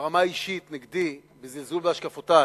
ברמה האישית נגדי בזלזול בהשקפותי,